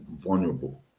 vulnerable